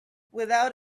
without